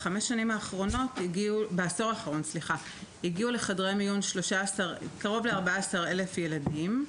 בעשור האחרון הגיעו לחדרי המיון קרוב ל-14,000 ילדים.